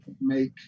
make